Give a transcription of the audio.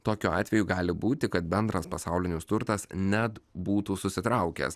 tokiu atveju gali būti kad bendras pasaulinis turtas net būtų susitraukęs